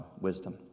wisdom